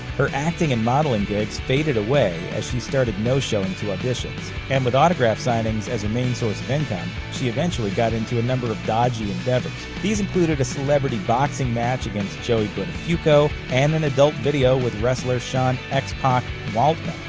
her acting and modeling gigs faded away as she started no-showing to auditions, and with autograph signings as her main source of income, she eventually got into a number of dodgy endeavors. these included a celebrity boxing match against joey buttafuoco and an adult video with wrestler sean x-pac waltman,